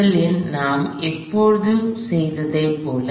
முதலில் நாம் எப்போதும் செய்ததைப் போல